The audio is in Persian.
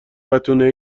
بتونه